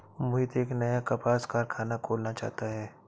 मोहित एक नया कपास कारख़ाना खोलना चाहता है